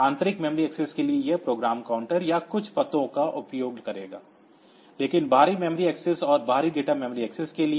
आंतरिक memory access के लिए यह प्रोग्राम काउंटर या कुछ पतों का उपयोग करेगा लेकिन बाहरी मेमोरी एक्सेस और बाहरी डेटा मेमोरी एक्सेस के लिए